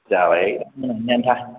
जाबाय ननि आन्था